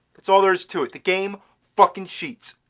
that's all there is to it, the game fucking cheats.